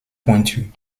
pointu